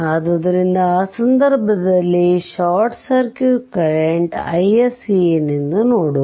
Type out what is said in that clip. ಆದ್ದರಿಂದ ಆ ಸಂದರ್ಭದಲ್ಲಿ ಶಾರ್ಟ್ ಸರ್ಕ್ಯೂಟ್ ಕರೆಂಟ್ iSC ಏನೆಂದು ನೋಡುವ